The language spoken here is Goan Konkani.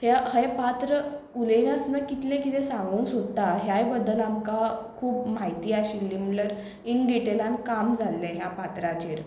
हें हय पात्र उलय नासना कितलें किदें सांगूंक सोदता ह्याय बद्दल आमकां खूब म्हायती आशिल्ली म्हणल्यार ईन डिटेलान काम जाल्लें ह्या पात्राचेर